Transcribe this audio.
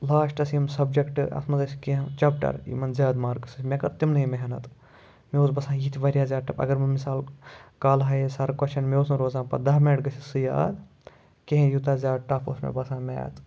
لاسٹَس یِم سَبجَکٹ اَتھ منٛز ٲسۍ کینٛہہ چَپٹَر یِمَن زیادٕ مارکٕس ٲسۍ مےٚ کٔر تِمنٕے محنت مےٚ اوس باسان یہِ تہِ واریاہ زیادٕ ٹَف اگر وٕ مِثالُک کالہٕ ہایے سَر کوسچَن مےٚ اوس نہٕ روزان پَتہٕ دَہ مِنَٹ گٔژھِتھ سُہ یاد کِہیٖنۍ یوٗتاہ زیادٕ ٹَف اوس مےٚ باسان میتھ